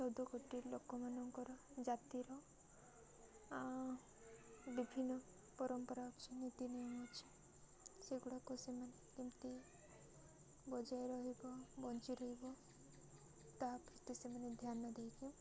ଚଉଦକୋଟି ଲୋକମାନଙ୍କର ଜାତିର ବିଭିନ୍ନ ପରମ୍ପରା ଅଛି ନୀତିନିୟମ ଅଛି ସେଗୁଡ଼ାକୁ ସେମାନେ କେମିତି ବଜାୟ ରହିବ ବଞ୍ଚି ରହିବ ତାଭିତ ସେମାନେ ଧ୍ୟାନ ଦେଇକି